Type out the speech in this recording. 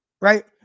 right